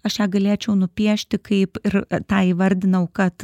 aš ją galėčiau nupiešti kaip ir tą įvardinau kad